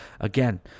again